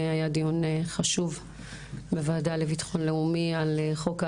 היה דיון חשוב בוועדה לביטחון לאומי על חוק האזיקונים.